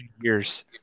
years